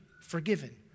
forgiven